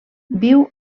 viu